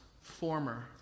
former